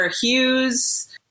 hughes